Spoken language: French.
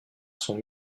son